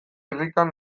irrikan